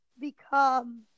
become